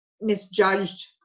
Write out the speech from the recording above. misjudged